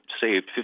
saved